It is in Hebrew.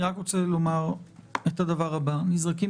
אני רק רוצה לומר את הדבר הבא: נזרקים